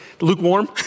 Lukewarm